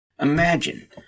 Imagine